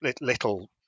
little